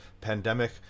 Pandemic